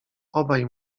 obaj